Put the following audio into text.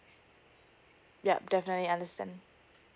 yup definitely understand